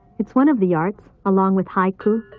it's one of the arts along with haiku,